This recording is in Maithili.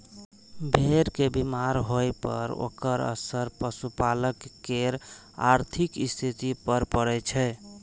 भेड़ के बीमार होइ पर ओकर असर पशुपालक केर आर्थिक स्थिति पर पड़ै छै